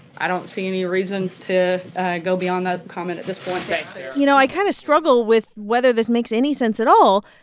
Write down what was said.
i don't see any reason to go beyond that comment at this point you know, i kind of struggle with whether this makes any sense at all.